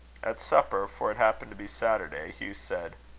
at supper, for it happened to be saturday, hugh said